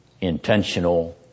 intentional